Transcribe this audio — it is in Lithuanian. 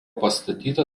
pastatyta